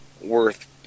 worth